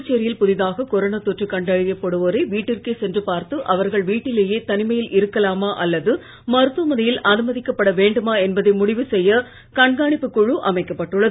புதுச்சேரியில் புதிதாக கொரோனா தொற்று கண்டறியப் படுவோரை வீட்டிற்கே சென்று பார்த்து அவர்கள் வீட்டிலேயே தனிமையில் இருக்கலாமா அல்லது மருத்துவமனையில் அனுமதிக்கப்பட வேண்டுமா என்பதை முடிவு செய்ய கண்காணிப்பு குழ அமைக்கப்பட்டுள்ளது